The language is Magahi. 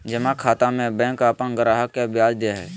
जमा खाता में बैंक अपन ग्राहक के ब्याज दे हइ